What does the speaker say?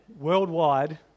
worldwide